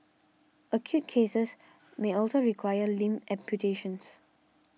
acute cases may also require limb amputations